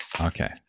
Okay